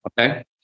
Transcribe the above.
Okay